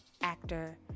actor